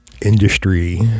industry